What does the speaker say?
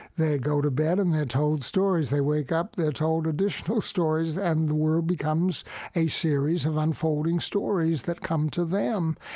they go to bed and they're told stories. they wake up, they're told additional stories and the world becomes a series of unfolding stories that come to them.